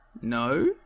No